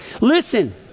Listen